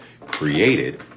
created